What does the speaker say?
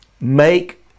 make